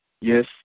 Yes